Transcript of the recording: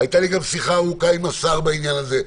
והייתה לי גם שיחה ארוכה עם השר בעניין הזה,